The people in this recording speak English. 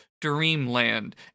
dreamland